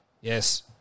Yes